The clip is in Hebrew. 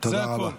זה הכול.